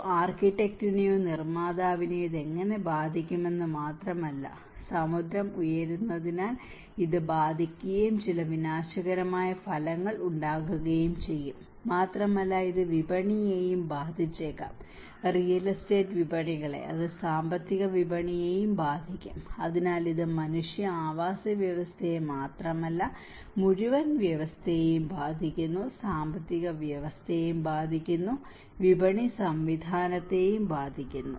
ഒരു ആർക്കിടെക്റ്റിനെയോ നിർമ്മാതാവിനെയോ ഇത് എങ്ങനെ ബാധിക്കുമെന്നത് മാത്രമല്ല സമുദ്രം ഉയരുന്നതിനാൽ ഇത് ബാധിക്കുകയും ചില വിനാശകരമായ ഫലങ്ങൾ ഉണ്ടാക്കുകയും ചെയ്യും മാത്രമല്ല ഇത് വിപണിയെയും ബാധിച്ചേക്കാം റിയൽ എസ്റ്റേറ്റ് വിപണികളെ അത് സാമ്പത്തിക വിപണിയെയും ബാധിക്കും അതിനാൽ ഇത് മനുഷ്യ ആവാസവ്യവസ്ഥയെ മാത്രമല്ല മുഴുവൻ വ്യവസ്ഥയെയും ബാധിക്കുന്നു സാമ്പത്തിക വ്യവസ്ഥയെയും ബാധിക്കുന്നു വിപണി സംവിധാനത്തെയും ബാധിക്കുന്നു